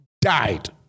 died